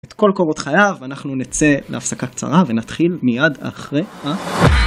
את כל קורות חייו, אנחנו נצא להפסקה קצרה, ונתחיל מיד אחרי ה...